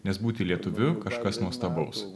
nes būti lietuviu kažkas nuostabaus